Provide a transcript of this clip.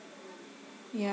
ya